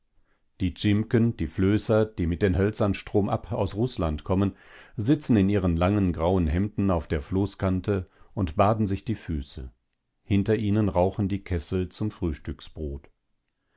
die dzimken die flößer die mit den hölzern stromab aus rußland kommen sitzen in ihren langen grauen hemden auf der floßkante und baden sich die füße hinter ihnen rauchen die kessel zum frühstücksbrot